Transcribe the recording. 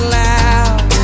loud